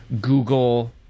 Google